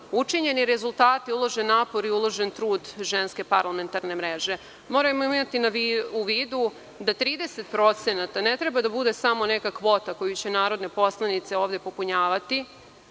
učinjeni rezultati, uložen napor i uložen trud Ženske parlamentarne mreže. Moramo imati u vidu da 30% ne treba da bude samo neka kvota koju će narodne poslanice ovde popunjavati,